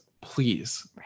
please